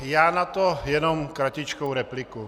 Já na to jenom kratičkou repliku.